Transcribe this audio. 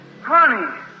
Honey